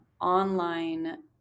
online